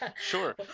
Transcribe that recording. sure